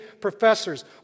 professors